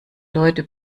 leute